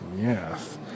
Yes